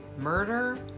murder